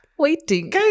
Waiting